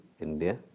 India